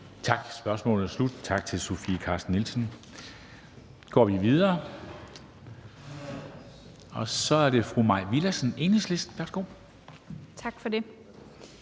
Tak. Spørgsmålet er slut. Tak til Sofie Carsten Nielsen. Så går vi videre til fru Mai Villadsen, Enhedslisten. Værsgo. Kl.